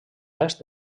est